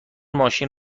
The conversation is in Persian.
ماشین